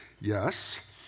Yes